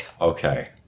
Okay